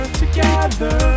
together